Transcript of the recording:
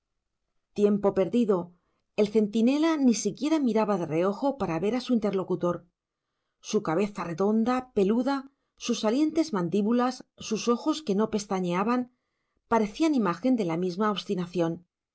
tiempo perdido el centinela ni siquiera miraba de reojo para ver a su interlocutor su cabeza redonda peluda sus salientes mandíbulas sus ojos que no pestañeaban parecían imagen de la misma obstinación